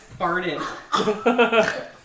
farted